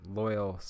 loyal